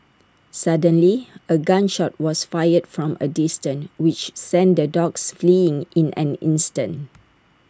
suddenly A gun shot was fired from A distance which sent the dogs fleeing in an instant